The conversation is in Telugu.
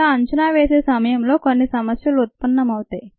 ఇలా అంచనా వేసే సమయంలో కొన్ని సమస్యలు ఉత్పన్నమవుతాయి